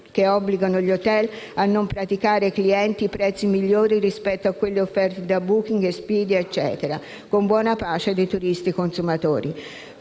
che obbligano gli *hotel* a non praticare ai clienti prezzi migliori rispetto a quelli offerti da Booking, Expedia e altri intermediari, con buona pace dei turisti consumatori.